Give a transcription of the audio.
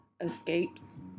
escapes